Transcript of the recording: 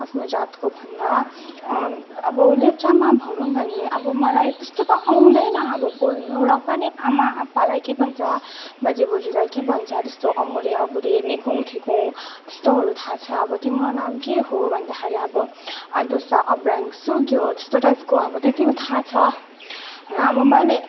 आफ्नो जातको भन्दा अब लेप्चामा भनौँ भने अब मलाई त्यस्तो त आउँदैन अब बोल्नु र पनि आमा आपालाई के भन्छ बाजे बोजुलाई के भन्छ त्यस्तो अमुरे अबुरे निकोङ थिकोङ त्यस्तोहरू थाहा छ अब तिम्रो नाम के हो भन्दाखेरि अब आदोसा अब्रयाङ स्युगो त्यस्तो टाइपको अब त्यति थाहा छ होइन अब मैले